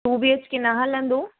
two B H K न हलंदो